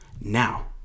now